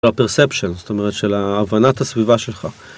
הפרספצ'ן, זאת אומרת, של הבנת הסביבה שלך